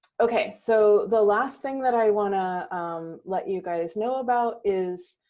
okay. so the last thing that i want to let you guys know about is.